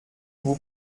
vous